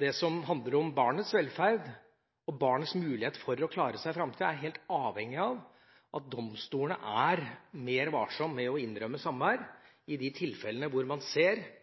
det som handler om barnets velferd og barnets mulighet til å klare seg i framtida, er helt avhengig av at domstolene er mer varsomme med å innrømme samvær i de tilfellene der man ser